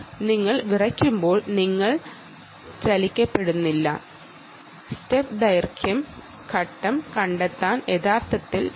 നിങ്ങൾ വിറയ്ക്കുമ്പോൾ നിങ്ങൾ ചലിപ്പിക്കപ്പെടുന്നില്ല പക്ഷേ സ്റ്റെപ്പ് ദൈർഘ്യവും ഘട്ടം കണ്ടെത്തി കഴിഞ്ഞിരിക്കുന്നു